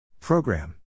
Program